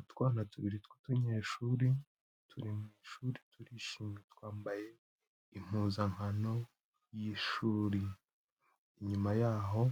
Utwana tubiri tw'utunyeshuri turi mu ishuri turishimye twambaye impuzankano y'ishuri, inyuma y'aho